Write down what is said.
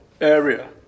area